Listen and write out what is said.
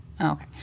Okay